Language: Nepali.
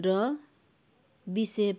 र बिसेफ